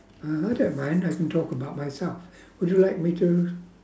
oh I don't mind I can talk about myself would you like me to